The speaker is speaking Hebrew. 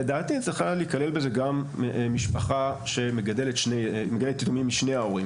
לדעתי צריכה להיכלל בזה גם משפחה שמגדלת יתומים משני ההורים,